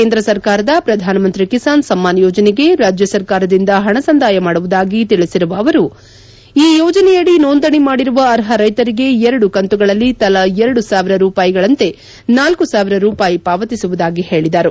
ಕೇಂದ್ರ ಸರ್ಕಾರದ ಪ್ರಧಾನಮಂತ್ರಿ ಕಿಸಾನ್ ಸಮ್ನಾನ್ ಯೋಜನೆಗೆ ರಾಜ್ಯ ಸರ್ಕಾರದಿಂದ ಪಣ ಸಂದಾಯ ಮಾಡುವುದಾಗಿ ತೆಳಿಸಿರುವ ಅವರು ಈ ಯೋಜನೆಯಡಿ ನೋಂದಣಿ ಮಾಡಿರುವ ಅರ್ಹ ರೈತರಿಗೆ ಎರಡು ಕಂತುಗಳಲ್ಲಿ ತಲಾ ಎರಡು ಸಾವಿರ ರೂಪಾಯಿಗಳಂತೆ ನಾಲ್ಲು ಸಾವಿರ ರೂಪಾಯಿ ಪಾವತಿಸುವುದಾಗಿ ಹೇಳಿದರು